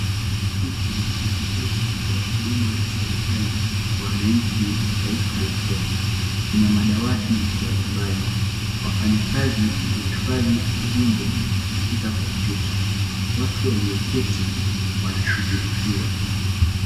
Hiki ni kituo cha kutoa huduma za serikali kwa wananchi wa taifa la Kenya. Kina madawati mbalimbali. Wafanyakazi huhifadhi ujumbe katika kompyuta. Watu walioketi wanashughulikiwa.